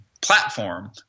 platform